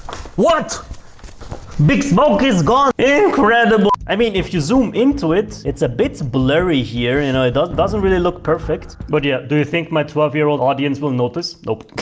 what big smoke is gone incredible, i mean if you zoom into it, it's a bit blurry here, you know, it doesn't doesn't really look perfect but yeah, do you think my twelve year old audience will notice nope?